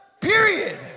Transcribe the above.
Period